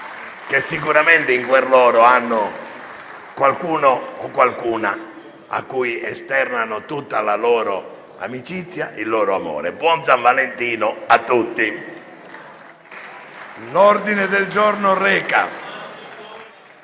che sicuramente in cuor loro hanno qualcuna o qualcuno a cui esternano tutta la loro amicizia e il loro amore. Buon san Valentino a tutti.